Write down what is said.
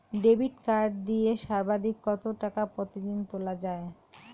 Debit card দিয়ে সর্বাধিক কত টাকা প্রতিদিন তোলা য়ায়?